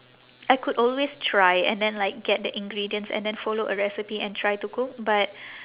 I could always try and then like get the ingredients and then follow a recipe and try to cook but